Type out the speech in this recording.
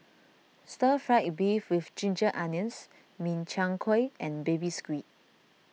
Stir Fried Beef with Ginger Onions Min Chiang Kueh and Baby Squid